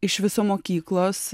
iš viso mokyklos